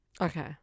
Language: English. okay